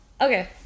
Okay